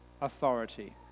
authority